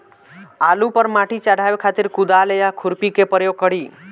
आलू पर माटी चढ़ावे खातिर कुदाल या खुरपी के प्रयोग करी?